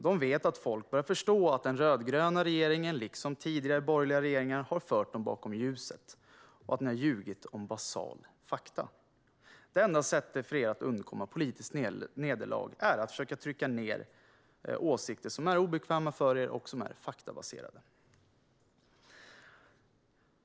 De vet att folk börjar förstå att den rödgröna regeringen, liksom tidigare borgerliga regeringar, har fört dem bakom ljuset och att ni har ljugit om basala fakta. Det enda sättet för er att nu undkomma politiskt nederlag är att försöka trycka ned åsikter som är obekväma för er och som är faktabaserade.